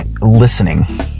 listening